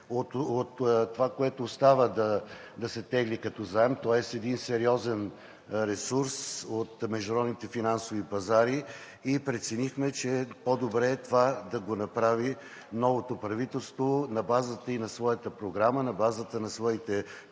от това, което остава да се тегли като заем, тоест един сериозен ресурс от международните финансови пазари. Преценихме, че е по-добре това да го направи новото правителство и на базата на своята програма, на базата на своите